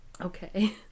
Okay